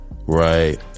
right